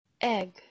Egg